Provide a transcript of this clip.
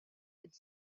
could